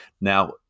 Now